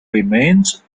remains